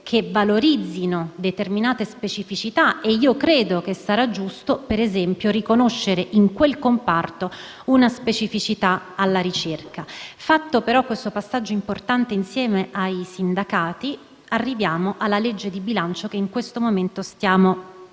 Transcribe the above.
che valorizzino determinate specificità e credo sarà giusto, per esempio, riconoscere, in quel comparto, la specificità della ricerca. Fatto questo passaggio importante insieme ai sindacati, arriviamo alla legge di bilancio che in questo momento stiamo discutendo